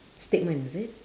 statement is it